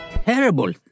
Terrible